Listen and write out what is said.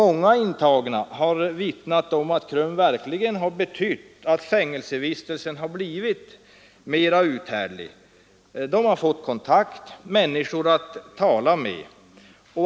Många intagna har vittnat om att KRUM verkligen har gjort att fängelsevistelsen blivit mer uthärdlig. De har fått kontakt. De har fått människor att tala med.